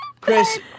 Chris